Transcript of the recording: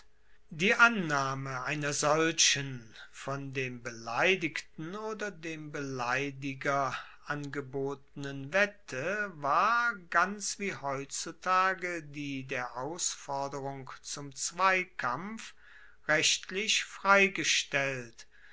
die annahme einer solchen von dem beleidigten oder dem beleidiger angebotenen wette war ganz wie heutzutage die der ausforderung zum zweikampf rechtlich freigestellt